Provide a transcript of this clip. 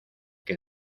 que